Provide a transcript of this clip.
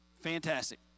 Fantastic